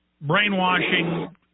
brainwashing